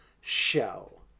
show